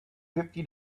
fifty